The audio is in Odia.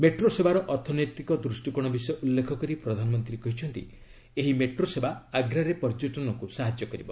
ମେଟ୍ରୋ ସେବାର ଅର୍ଥନୈତିକ ଦୃଷ୍ଟିକୋଣ ବିଷୟ ଉଲ୍ଲେଖ କରି ପ୍ରଧାନମନ୍ତ୍ରୀ କହିଛନ୍ତି ଏହି ମେଟୋ ସେବା ଆଗ୍ରାରେ ପର୍ଯ୍ୟଟନକୁ ସାହାଯ୍ୟ କରିବ